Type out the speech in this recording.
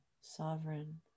sovereign